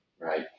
right